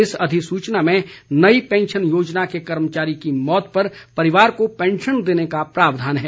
इस अधिसूचना में नई पैंशन योजना के कर्मचारी की मौत पर परिवार को पैंशन देने का प्रावधान है